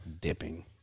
dipping